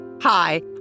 Hi